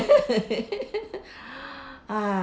ah